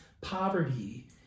poverty